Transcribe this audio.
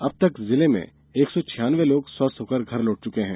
अब तक जिले में एक सौ छियान्नवे लोग स्वस्थ होकर घर लौट चुके हैं